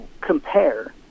compare